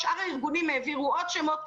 שאר הארגונים העבירו עוד שמות.